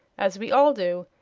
as we all do,